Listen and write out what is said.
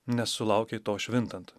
nes sulaukei to švintant